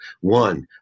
one